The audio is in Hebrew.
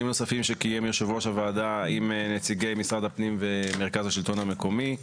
נוספים שקיים יושב ראש הוועדה עם נציגי משרד הפנים ומרכז השלטון המקומי.